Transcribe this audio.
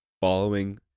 following